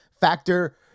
Factor